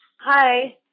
Hi